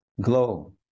Glow